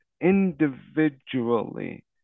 individually